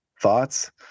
thoughts